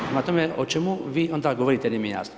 Prema tome, o čemu vi onda govorite, nije mi jasno.